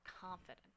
confident